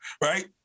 Right